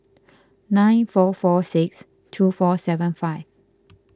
nine four four six two four seven five